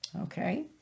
Okay